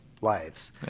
lives